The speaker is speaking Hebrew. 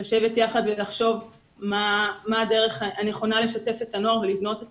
לשבת יחד ולחשוב מה הדרך הנכונה לשתף את הנוער ולבנות את